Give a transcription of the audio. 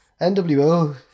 NWO